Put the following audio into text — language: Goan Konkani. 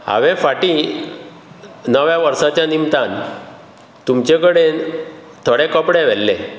हांवे फाटीं नव्या वर्साच्या निमतान तुमचे कडेन थोडे कपडे व्हेल्ले